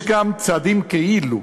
יש גם צעדים "כאילו".